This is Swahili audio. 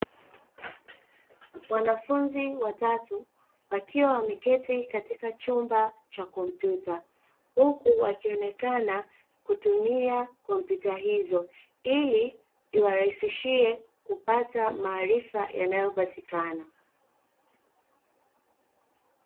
Wanafunzi watatu wakiwa wameketi katika chumba cha kompyuta, huku wakionekana kutumia kompyuta hizo ili iwarahisishie kupata maarifa yanayopatikana.